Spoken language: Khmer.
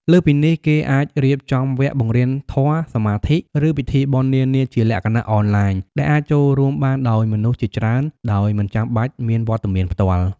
លើសពីនេះ គេអាចរៀបចំវគ្គបង្រៀនធម៌ សមាធិ ឬពិធីបុណ្យនានាជាលក្ខណៈអនឡាញ ដែលអាចចូលរួមបានដោយមនុស្សជាច្រើនដោយមិនចាំបាច់មានវត្តមានផ្ទាល់។